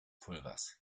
pulvers